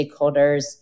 stakeholders